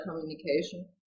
communication